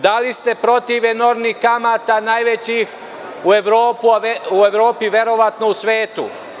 Da li ste protiv enormnih kamata, najvećih u Evropi, a verovatno i u svetu?